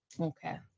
Okay